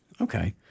Okay